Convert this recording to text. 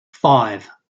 five